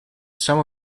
some